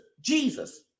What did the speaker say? Jesus